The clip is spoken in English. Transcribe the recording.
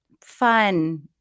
Fun